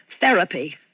therapy